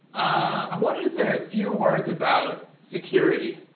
i wanted to say a few words about security.